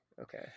okay